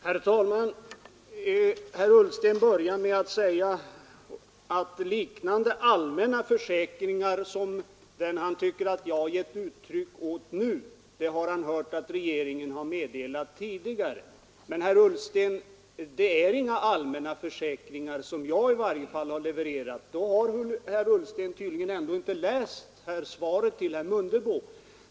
Herr talman! Herr Ullsten började med att säga att liknande allmänna försäkringar som den han tycker att jag gett uttryck åt nu har han hört att regeringen meddelat tidigare. Men, herr Ullsten, det är inga allmänna försäkringar som i varje fall jag har levererat. Herr Ullsten har tydligen inte läst svaret till herr Mundebo.